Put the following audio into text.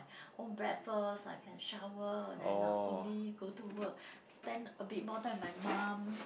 own breakfast I can shower and then nah slowly go to work spend a bit more time with my mum